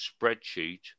spreadsheet